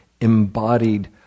embodied